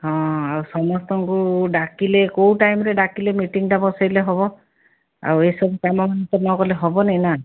ହଁ ସମସ୍ତଙ୍କୁ ଡାକିଲେ କେଉଁ ଟାଇମ୍ରେ ଡାକିଲେ ମିଟିଙ୍ଗ୍ଟା ବସେଇଲେ ହେବ ଆଉ ଏ ସବୁ କାମ ଆମେ ତ ନ କଲେ ତ ହେବନି ନା